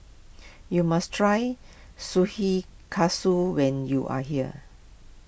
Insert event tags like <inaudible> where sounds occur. you must try <unintelligible> when you are here